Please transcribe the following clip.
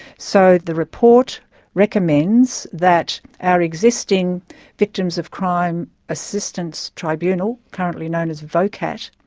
so the report recommends that our existing victims of crime assistance tribunal, currently known as vocat,